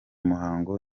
muhango